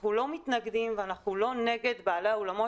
אנחנו לא מתנגדים ואנחנו לא נגד בעלי האולמות,